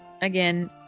again